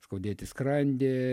skaudėti skrandį